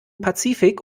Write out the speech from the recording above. pazifik